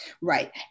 right